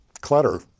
clutter